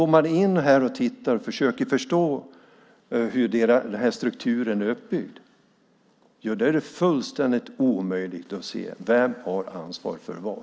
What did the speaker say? Går man in och tittar och försöker förstå hur strukturen är uppbyggd är det fullständigt omöjligt att se vem som har ansvar för vad.